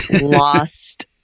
lost